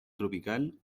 tropical